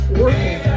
working